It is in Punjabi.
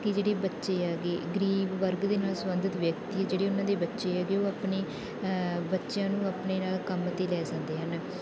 ਕਿ ਜਿਹੜੇ ਬੱਚੇ ਐਗੇ ਗਰੀਬ ਵਰਗ ਦੇ ਨਾਲ ਸੰਬੰਧਿਤ ਵਿਅਕਤੀ ਜਿਹੜੇ ਉਹਨਾਂ ਦੇ ਬੱਚੇ ਹੈਗੇ ਉਹ ਆਪਣੇ ਬੱਚਿਆਂ ਨੂੰ ਆਪਣੇ ਨਾਲ ਕੰਮ 'ਤੇ ਲੈ ਜਾਂਦੇ ਹਨ